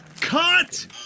Cut